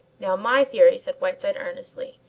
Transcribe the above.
now my theory, said whiteside earnestly,